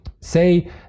Say